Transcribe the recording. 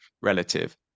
relative